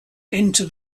into